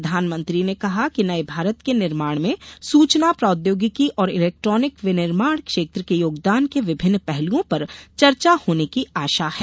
प्रधानमंत्री ने कहा कि नये भारत के निर्माण में सूचना प्रोद्योगिकी और इलेक्ट्रॉनिक विनिर्माण क्षेत्र के योगदान के विभिन्न पहलुओं पर चर्चा होने की आशा है